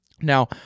Now